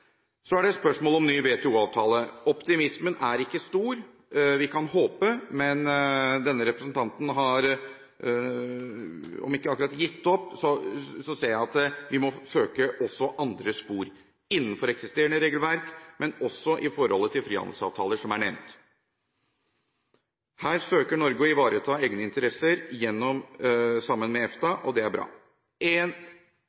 Så er det spørsmålet om ny WTO-avtale. Optimismen er ikke stor. Vi kan håpe, men denne representanten har – om ikke akkurat gitt opp – sett at vi må søke også andre spor, innenfor eksisterende regelverk, men også i forholdet til frihandelsavtaler som er nevnt. Her søker Norge å ivareta egne interesser sammen med